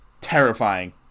terrifying